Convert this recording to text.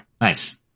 nice